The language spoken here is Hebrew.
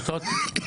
שר הדתות?